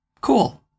Cool